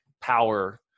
power